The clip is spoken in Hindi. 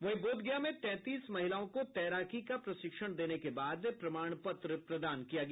वहीं बोधगया में तैंतीस महिलाओं को तैराकी का प्रशिक्षण देने के बाद प्रमाण पत्र प्रदान किया गया